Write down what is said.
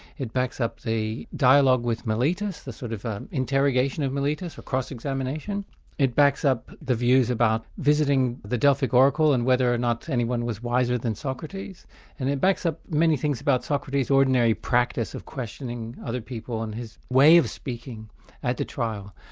it backs up the dialogue with meletus, the sort of interrogation of meletus, or cross-examination it backs up the views about visiting the delphic oracle and whether or not anyone was wiser than socrates and it backs up many things about socrates' ordinary practice of questioning other people and his way of speaking at the trial.